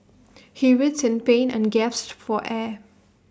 he writhed in pain and gasped for air